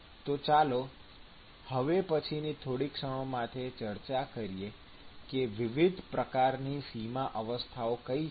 તો ચાલો હવે પછીની થોડી ક્ષણો માટે ચર્ચા કરીએ કે વિવિધ પ્રકારની સીમા અવસ્થાઓ કઈ છે